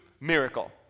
miracle